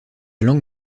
langue